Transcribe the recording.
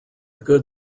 good